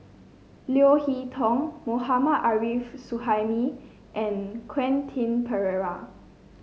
Leo Hee Tong Mohammad Arif Suhaimi and Quentin Pereira